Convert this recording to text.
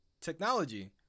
technology